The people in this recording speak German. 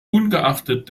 ungeachtet